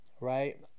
right